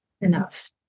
enough